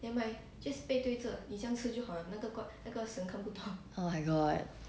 oh my god